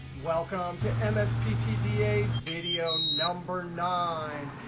welcome to and msptda video number nine.